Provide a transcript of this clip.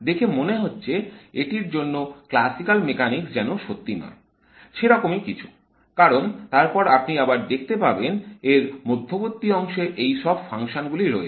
দেখে মনে হচ্ছে এটির জন্য ক্লাসিক্যাল মেকানিক্স যেন সত্যি নয় সে রকমই কিছু কারণ তারপর আপনি আবার দেখতে পাবেন এর মধ্যবর্তী অংশে এইসব ফাংশনগুলি রয়েছে